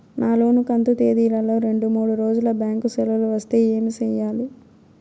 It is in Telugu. నా లోను కంతు తేదీల లో రెండు మూడు రోజులు బ్యాంకు సెలవులు వస్తే ఏమి సెయ్యాలి?